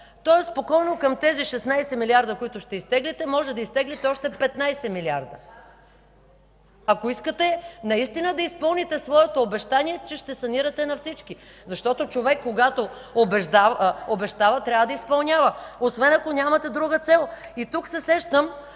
Тоест, спокойно към тези 16 милиарда, които ще изтеглите, може да изтеглите още 15 милиарда, ако искате наистина да изпълните своето обещание, че ще санирате на всички. Защото човек, когато обещава, трябва да изпълнява, освен ако нямате друга цел. Тук се сещам,